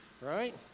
right